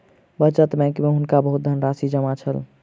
बचत बैंक में हुनका बहुत धनराशि जमा छल